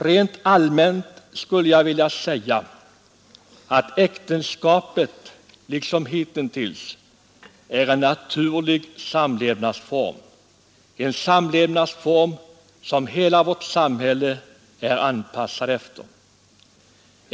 Rent allmänt-skulle jag vilja säga att äktenskapet liksom tidigare är en naturlig samlevnadsform — en samlevnadsform som hela vårt samhälle är anpassat efter.